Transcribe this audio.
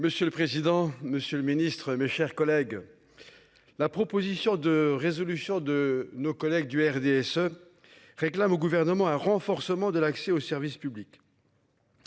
Monsieur le président, Monsieur le Ministre, mes chers collègues. La proposition de résolution de nos collègues du RDSE. Réclame au gouvernement un renforcement de l'accès au service public.